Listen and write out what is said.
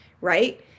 right